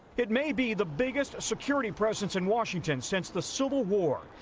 it may be the biggest security presence in washington since the civil war.